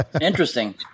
Interesting